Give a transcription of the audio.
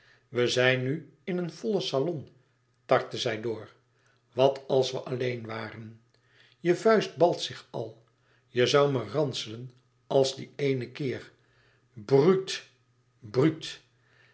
we zijn nu in een vollen salon tartte zij door wat als we alleen waren je vuist balt zich al je zoû me ranselen als dien eenen keer